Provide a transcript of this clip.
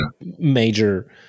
major